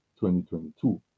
2022